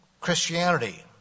Christianity